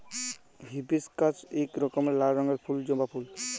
hibiscus ইক রকমের লাল রঙের ফুল জবা ফুল